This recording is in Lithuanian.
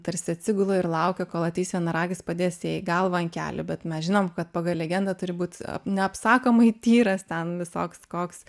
tarsi atsigula ir laukia kol ateis vienaragis padės jai galvą ant kelių bet mes žinom kad pagal legendą turi būt neapsakomai tyras ten visoks koks